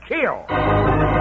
kill